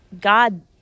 God